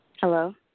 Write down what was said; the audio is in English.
Hello